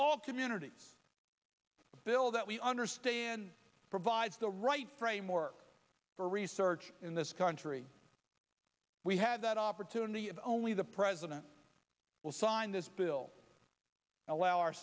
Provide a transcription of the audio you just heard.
all communities bill that we understand provides the right framework for research in this country we had that opportunity if only the president will sign this bill allow our